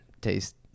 taste